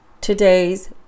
today's